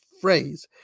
phrase